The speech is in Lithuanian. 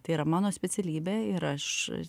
tai yra mano specialybė ir aš